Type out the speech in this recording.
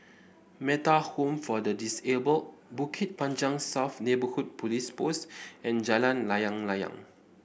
Metta Home for the Disabled Bukit Panjang South Neighbourhood Police Post and Jalan Layang Layang